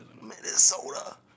Minnesota